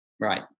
Right